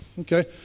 Okay